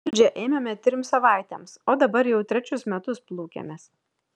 valdžią ėmėme trims savaitėms o dabar jau trečius metus plūkiamės